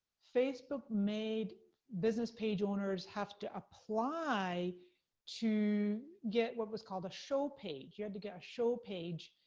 facebook made business page owners, have to apply to get what was called a show page. you had to get a show page,